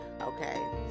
okay